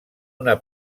una